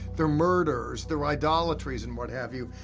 their murders, their idolatries, and what have you.